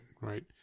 right